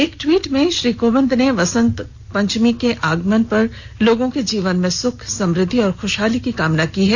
एक ट्वीट में श्री कोविंद ने वसंत के आगमन पर लोगों के जीवन में सुख समुद्धि और खुशहाली की कामना की है